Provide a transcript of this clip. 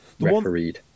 refereed